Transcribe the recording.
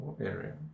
area